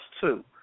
two